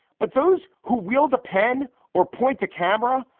but those who wield a pen or point to camera,